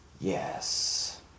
Yes